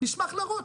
נשמח להראות,